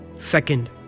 second